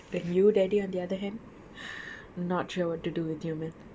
and you daddy on the other hand not sure what to do with you man